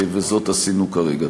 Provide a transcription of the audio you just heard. וזאת עשינו כרגע.